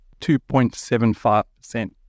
2.75%